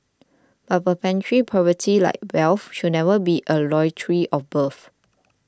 a perpetual poverty like wealth should never be a lottery of birth